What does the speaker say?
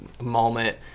moment